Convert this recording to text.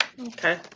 Okay